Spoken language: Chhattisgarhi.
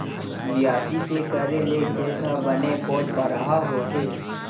बियासी के करे ले खेत ह बने पोलपरहा होथे